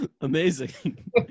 Amazing